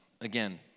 Again